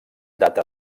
data